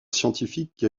scientifiques